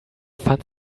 fand